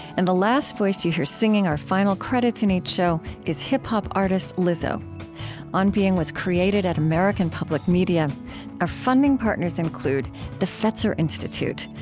and the last voice you hear, singing our final credits in each show, is hip-hop artist lizzo on being was created at american public media our funding partners include the fetzer institute,